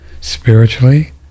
spiritually